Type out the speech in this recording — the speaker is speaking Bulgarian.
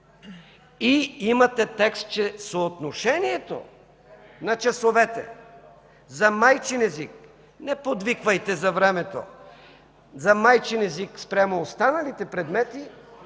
и имате текст, че съотношението на часовете за майчин език – не подвиквайте за времето – спрямо останалите предмети